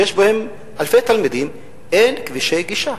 שיש בהם אלפי תלמידים, אין כבישי גישה.